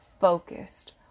focused